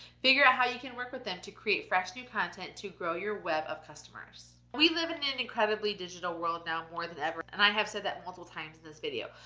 figure out how you can work with them, to create fresh new content, to grow your web of customers. we live in an incredibly digital world now more than ever. and i have said that multiple times in this video,